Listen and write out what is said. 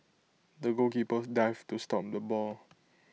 the goalkeeper dived to stop the ball